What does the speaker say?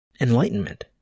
enlightenment